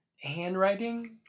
handwriting